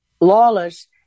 lawless